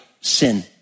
sin